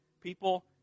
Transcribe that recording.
People